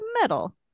metal